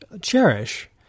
cherish